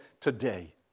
today